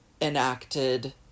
enacted